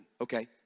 okay